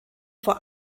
vor